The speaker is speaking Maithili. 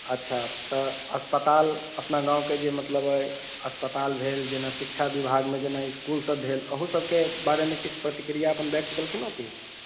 अच्छा तऽ अस्पताल अपना गावँके जे मतलब अइ अस्पताल भेल जेना शिक्षा विभागमे जेना इसकुल सब भेल अहूसबके बारेमे किछु प्रतिक्रिआ अपन व्यक्त कयलखिन ओ कि